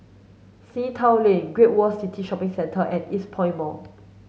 Sea Town Lane Great World City Shopping Centre and Eastpoint Mall